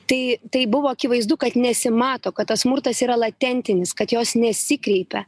tai tai buvo akivaizdu kad nesimato kad tas smurtas yra latentinis kad jos nesikreipia